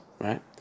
right